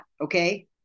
Okay